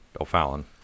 O'Fallon